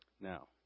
Now